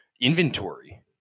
inventory